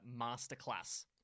Masterclass